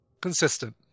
consistent